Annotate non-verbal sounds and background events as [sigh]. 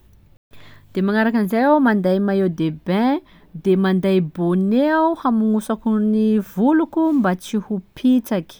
[hesitation] de magnarakan'izay aho manday maillot de bain, de manday bonnet aho hamonosako gny voloko mba tsy ho pitsaky.